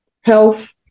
health